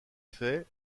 fait